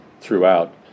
throughout